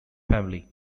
family